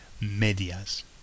medias